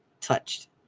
touched